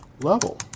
Level